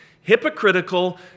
hypocritical